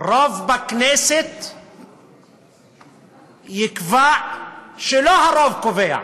רוב בכנסת יקבע שלא הרוב קובע.